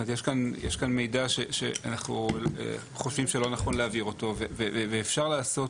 יש כאן מידע שאנחנו חושבים שלא נכון להעביר אותו ואפשר לעשות,